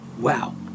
Wow